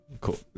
Cool